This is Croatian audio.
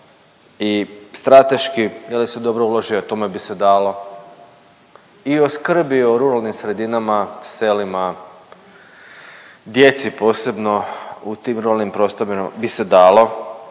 i strateški je li se dobro ulaže i o tome bi se dalo i o skrbi i o ruralnim sredinama, selima, djeci posebno u tim ruralnim prostorima bi se dalo,